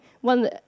one